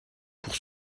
pour